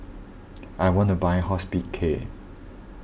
I want to buy Hospicare